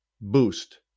boost